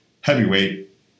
heavyweight